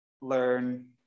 learn